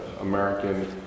American